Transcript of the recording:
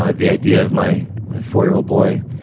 ah the idea of my four-year-old boy,